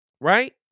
right